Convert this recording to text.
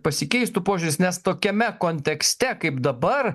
pasikeistų požiūris nes tokiame kontekste kaip dabar